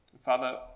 Father